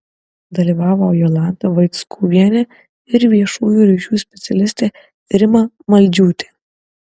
dalyvavo jolanta vaickuvienė ir viešųjų ryšių specialistė rima maldžiūtė